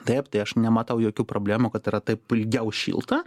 taip tai aš nematau jokių problemų kad yra taip ilgiau šilta